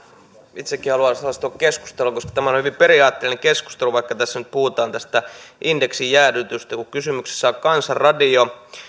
itsekin haluan osallistua keskusteluun koska tämä on hyvin periaatteellinen keskustelu vaikka tässä nyt puhutaan tästä indeksin jäädytyksestä kun kysymyksessä on kansan radio